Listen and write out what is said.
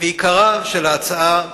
ועיקרה של ההצעה הוא